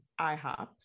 IHOP